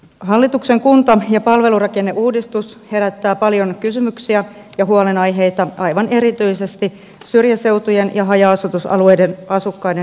hallituksen kunta ja palvelurakenneuudistus herättää paljon kysymyksiä ja huolenaiheita aivan erityisesti syrjäseutujen ja haja asutusalueiden asukkaiden tulevaisuudesta